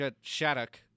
Shattuck